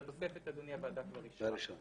את התוספת, אדוני, הוועדה כבר אישרה.